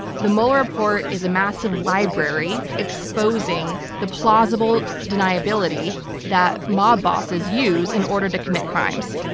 the mueller report is a massive library exposing the plausible deniability that mob bosses use in order to commit crimes.